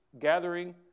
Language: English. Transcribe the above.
gathering